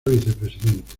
vicepresidente